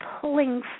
pulling